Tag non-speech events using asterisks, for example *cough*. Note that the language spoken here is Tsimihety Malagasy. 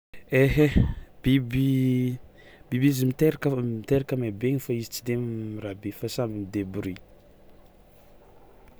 Aihayy! Biby *hesitation* biby izy mitairaka *unintelligible* mitairaka mahay be igny fao izy tsy de mirahabe fa samy midebroui.